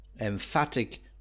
emphatic